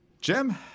Jim